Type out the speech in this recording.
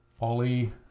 Ollie